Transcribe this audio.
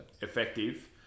effective